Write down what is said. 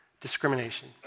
Discrimination